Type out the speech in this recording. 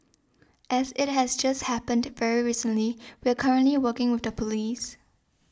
as it has just happened very recently we are currently working with the police